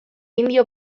indio